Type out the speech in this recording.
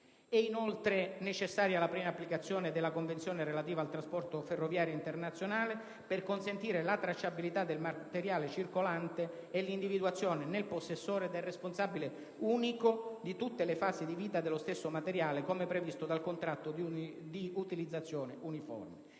È inoltre necessaria la piena applicazione della Convenzione relativa al trasporto ferroviario internazionale (COTIF) per consentire la tracciabilità del materiale circolante e l'individuazione, nel possessore, del responsabile unico di tutte le fasi di vita dello stesso materiale come previsto dal Contratto di utilizzazione uniforme